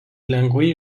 lengvai